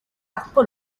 acqua